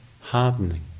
hardening